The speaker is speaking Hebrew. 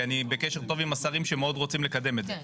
כי אני בקשר טוב עם השרים שמאוד רוצים לקדם את זה.